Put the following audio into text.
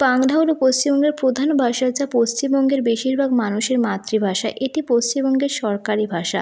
বাংলা হল পশ্চিমবঙ্গের প্রধান ভাষা যা পশ্চিমবঙ্গের বেশিরভাগ মানুষের মাতৃভাষা এটি পশ্চিমবঙ্গের সরকারি ভাষা